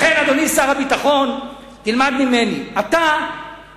לכן, אדוני שר הביטחון, תלמד ממני, אתה בקואליציה,